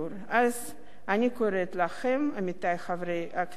אז אני קוראת לכם, עמיתי חברי הכנסת,